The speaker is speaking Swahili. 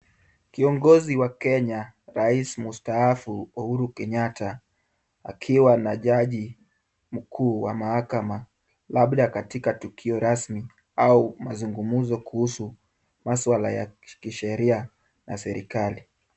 Kiongozi wa Kenya rais mstaafu Uhuru Kenyatta akiwa na jaji mkuu wa mahakama labda katika tukio ramsi au mazungumzo kuhusu masuala ya kisheria na serikali.